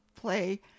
play